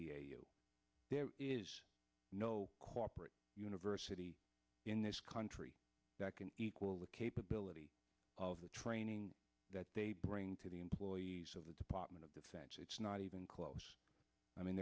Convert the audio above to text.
there is no corporate university in this country that can equal the capability of the training that they bring to the employees of the department of defense it's not even close i mean